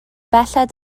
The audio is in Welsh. belled